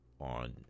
on